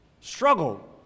struggle